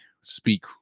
speak